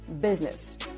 business